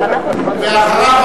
הנה,